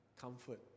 comfort